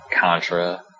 Contra